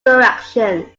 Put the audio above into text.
directions